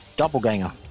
Doppelganger